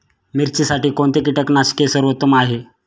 मिरचीसाठी कोणते कीटकनाशके सर्वोत्तम आहे?